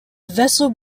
vessel